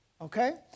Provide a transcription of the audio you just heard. Okay